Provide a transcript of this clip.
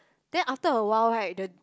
then after awhile right the